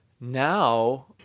now